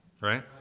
right